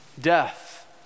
death